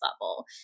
level